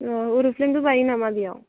अ एर'प्लेनबो बायो नामा बेयाव